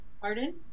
Pardon